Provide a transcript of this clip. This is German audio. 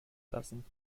lassen